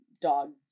dog